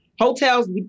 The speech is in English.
Hotels